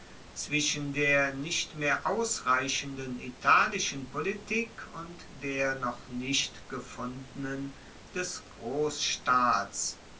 zwischen der nicht mehr ausreichenden italischen politik und der noch nicht gefundenen des